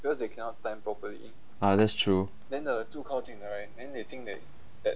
ah that's true